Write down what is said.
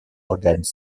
organes